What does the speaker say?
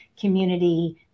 community